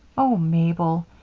oh, mabel,